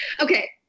Okay